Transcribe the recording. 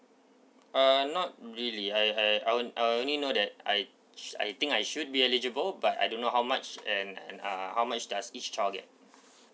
uh not really I I I w~ I only know that I sh~ I think I should be eligible but I don't know how much and and uh how much does each child get